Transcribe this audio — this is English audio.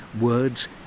words